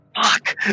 Fuck